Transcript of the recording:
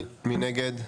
1 נגד,